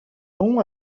nom